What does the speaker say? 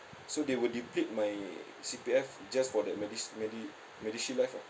so they will deplete my C_P_F just for the medis~ medi medishield life or